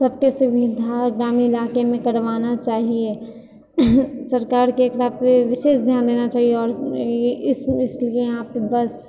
सबके सुविधा ग्रामीण इलाकामे करवाना चाहिए सरकारके एकरा पर विशेष ध्यान देना चाहिए आओर इस तरह यहाँ पर बस